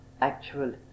actual